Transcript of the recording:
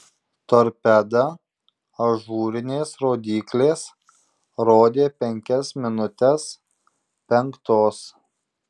torpeda ažūrinės rodyklės rodė penkias minutes penktos